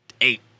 eight